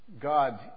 God